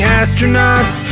astronauts